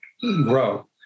grow